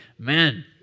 amen